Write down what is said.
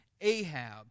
Ahab